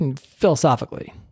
Philosophically